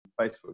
Facebook